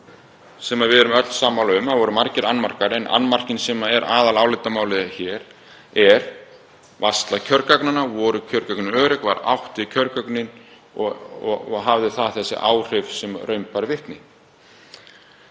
sem við erum öll sammála um. Það voru margir annmarkar, en annmarkinn sem er aðalálitamálið hér er varsla kjörgagna. Voru kjörgögnin örugg? Var átt við kjörgögnin og hafði það þau áhrif sem raun bar vitni?